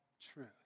truth